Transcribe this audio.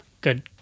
good